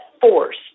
force